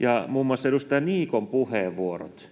ja muun muassa edustaja Niikon puheenvuorot.